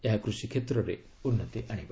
ଏହା କୃଷି କ୍ଷେତ୍ରରେ ଉନ୍ନତି ଆଣିବ